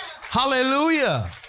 Hallelujah